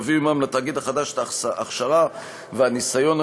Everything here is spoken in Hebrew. אשר יביאו עמם את ההכשרה ואת הניסיון